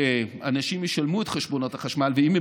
שאנשים ישלמו את חשבונות החשמל ואם הם